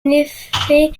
effet